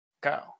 go